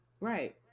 Right